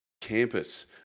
Campus